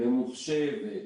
ממוחשבת,